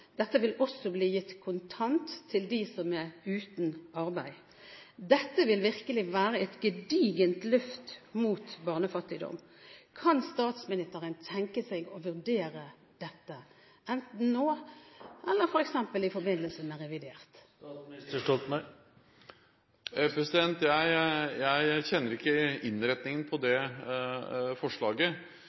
Dette vil bli gitt kontant til dem som er uten arbeid. Dette vil virkelig være et gedigent løft mot barnefattigdom. Kan statsministeren tenke seg å vurdere dette, enten nå eller f.eks. i forbindelse med revidert? Jeg kjenner ikke innretningen på det forslaget.